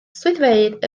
swyddfeydd